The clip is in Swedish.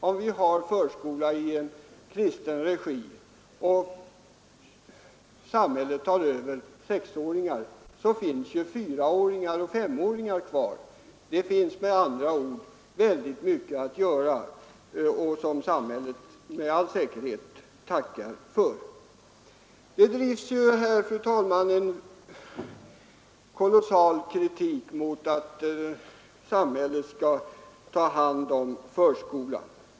Om vi har förskola i kristen regi och samhället tar över förskolan för sexåringar, finns ju fyraoch femåringar kvar. Det finns med andra ord mycket att göra som samhället med all säkerhet tackar för. Här förs ju fram en mycket stark kritik mot att samhället skall ta hand om förskolan.